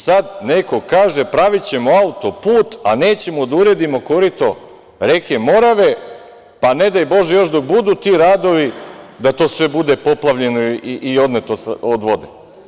Sad neko kaže – pravićemo auto-put, a nećemo da uredimo korito reke Morave, pa, ne daj Bože, još dok budu ti radovi da to sve bude poplavljeno i odneto vodom.